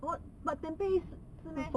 got got tempeh 是 meh